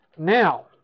Now